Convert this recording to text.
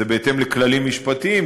זה בהתאם לכללים משפטיים,